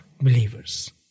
believers